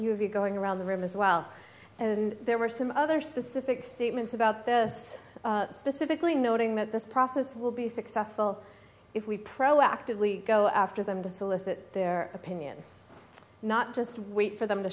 of you going around the room as well and there were some other specific statements about this specifically noting that this process will be successful if we proactively go after them to solicit their opinion not just wait for them to